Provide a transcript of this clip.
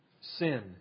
sin